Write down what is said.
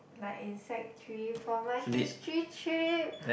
like in sec-three for my history trip